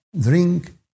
drink